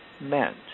meant